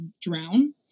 drown